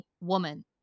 woman